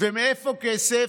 מאיפה כסף?